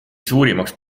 suurimaks